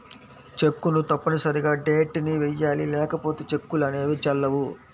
చెక్కును తప్పనిసరిగా డేట్ ని వెయ్యాలి లేకపోతే చెక్కులు అనేవి చెల్లవు